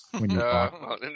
No